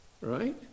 Right